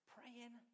Praying